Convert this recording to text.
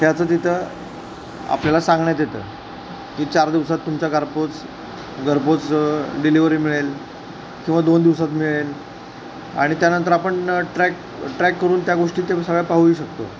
त्याचं तिथं आपल्याला सांगण्यात येतं की चार दिवसात तुमचा घरपोच घरपोच डिलेवरी मिळेल किंवा दोन दिवसात मिळेल आणि त्यानंतर आपण ट्रॅक ट्रॅक करून त्या गोष्टी ते सगळ्या पाहूही शकतो